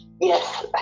yes